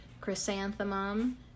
chrysanthemum